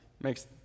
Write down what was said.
makes